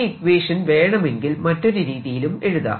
ഈ ഇക്വേഷൻ വേണമെങ്കിൽ മറ്റൊരു രീതിയിലും എഴുതാം